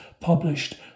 published